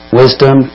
wisdom